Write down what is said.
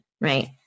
right